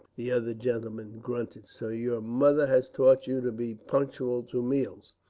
the other gentleman grunted. so your mother has taught you to be punctual to meals.